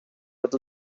would